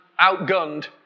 outgunned